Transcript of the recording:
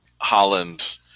Holland